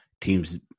teams